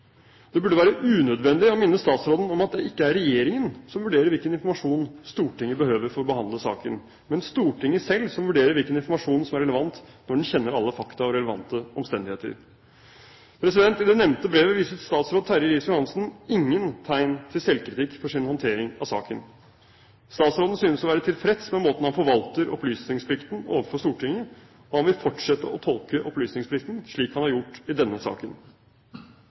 Det burde være unødvendig å minne statsråden om at det ikke er regjeringen som vurderer hvilken informasjon Stortinget behøver for å behandle saken, men at det er Stortinget selv som vurderer hvilken informasjon som er relevant når man kjenner alle fakta og relevante omstendigheter. I det nevnte brevet viser statsråd Terje Riis-Johansen ingen tegn til selvkritikk for sin håndtering av saken. Statsråden synes å være tilfreds med måten han forvalter opplysningsplikten overfor Stortinget på, og han vil fortsette å tolke opplysningsplikten slik han har gjort i denne saken.